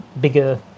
bigger